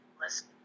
listen